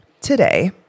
today